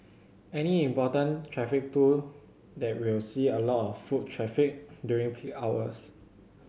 any important traffic tool that will see a lot of foot traffic during peak hours